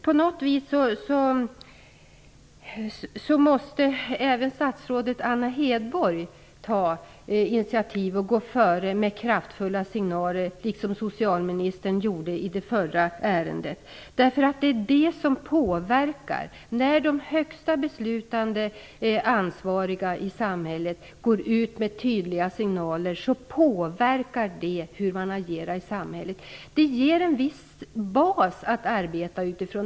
På något sätt måste även statsrådet Anna Hedborg ta initiativ och gå före med kraftfulla signaler, liksom socialministern gjorde i det förra ärendet. Det är det som påverkar. När de högsta beslutande och ansvariga i samhället går ut med tydliga signaler påverkar det hur man agerar i samhället. Det ger en viss bas att arbeta utifrån.